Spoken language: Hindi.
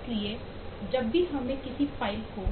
इसलिए जब भी हमें किसी फाइल को